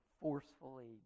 forcefully